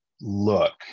look